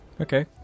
Okay